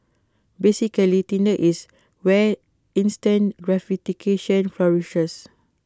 basically Tinder is where instant gratification flourishes